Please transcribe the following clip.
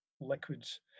liquids